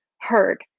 heard